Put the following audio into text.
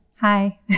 Hi